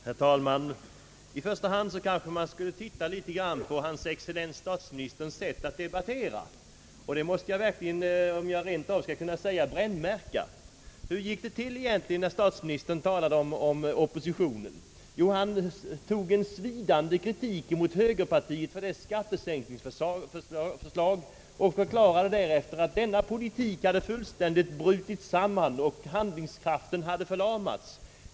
Herr talman! I första hand skulle jag kanske se något på hans excellens herr statsministerns sätt att debattera, och detta måste jag verkligen rentav brännmärka. Vad sade egentligen statsministern om oppositionen? Jo, han gick in på en svidande kritik av högerpartiet för dess skattesänkningsförslag och förklarade därefter att denna politik fullständigt hade brutit samman och att högerpartiets handlingskraft hade förlamats.